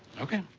okay.